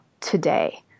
today